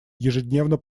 ежедневно